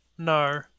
No